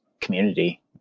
community